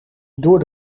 door